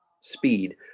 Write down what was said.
speed